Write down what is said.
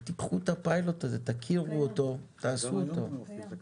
תיקחו את הפיילוט הזה, תכירו אותו, תעשו אותו.